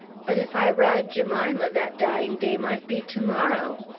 but if i ride jemima that dying day might be to-morrow.